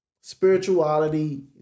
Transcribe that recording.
spirituality